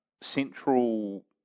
central